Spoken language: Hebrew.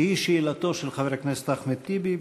שהיא שאלתו של חבר הכנסת אחמד טיבי.